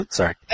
Sorry